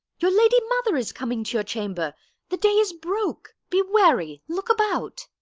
your lady mother is coming to your chamber the day is broke be wary, look about.